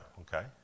okay